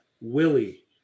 Willie